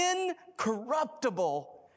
incorruptible